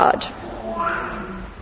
God